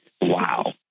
Wow